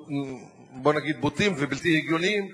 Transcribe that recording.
בוא נגיד בוטים ובלתי הגיוניים,